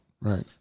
Right